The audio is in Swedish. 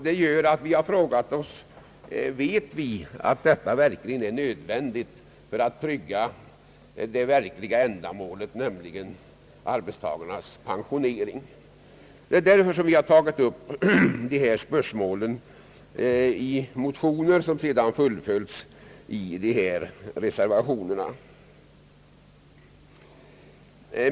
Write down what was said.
Det gör att vi har frågat oss: Vet vi att detta verkligen är nödvändigt för att trygga det verkliga ändamålet, nämligen arbetstagarnas pensionering? Det är därför som vi har tagit upp dessa spörsmål i motioner som sedan fullföljts i reservationer.